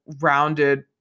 rounded